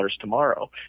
tomorrow